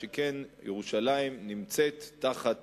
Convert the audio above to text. שכן ירושלים נמצאת תחת